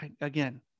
again